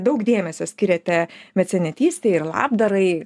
daug dėmesio skiriate mecenatystei ir labdarai